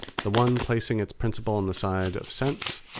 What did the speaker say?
the one placing its principle on the side of sense,